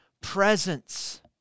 presence